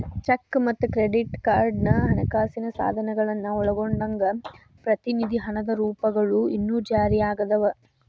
check ಮತ್ತ credit card ಹಣಕಾಸಿನ ಸಾಧನಗಳನ್ನ ಒಳಗೊಂಡಂಗ ಪ್ರತಿನಿಧಿ ಹಣದ ರೂಪಗಳು ಇನ್ನೂ ಜಾರಿಯಾಗದವ